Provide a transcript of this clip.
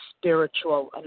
spiritual